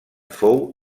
fou